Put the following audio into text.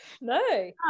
No